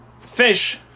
Fish